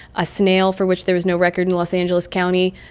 a snail for which there was no record in los angeles county,